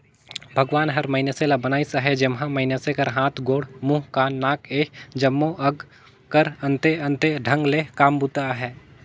भगवान हर मइनसे ल बनाइस अहे जेम्हा मइनसे कर हाथ, गोड़, मुंह, कान, नाक ए जम्मो अग कर अन्ते अन्ते ढंग ले काम बूता अहे